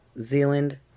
Zealand